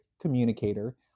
communicator